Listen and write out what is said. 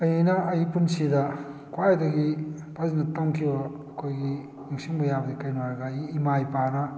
ꯑꯩꯅ ꯑꯩ ꯄꯨꯟꯁꯤꯗ ꯈ꯭ꯋꯥꯏꯗꯒꯤ ꯐꯖꯅ ꯇꯝꯈꯤꯕ ꯑꯩꯈꯣꯏꯒꯤ ꯅꯤꯡꯁꯤꯡꯕ ꯌꯥꯕꯁꯤ ꯀꯔꯤꯅꯣ ꯍꯥꯏꯔꯒ ꯑꯩꯒꯤ ꯏꯃꯥ ꯏꯄꯥꯅ